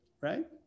Right